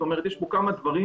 יש פה כמה דברים